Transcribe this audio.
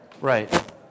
Right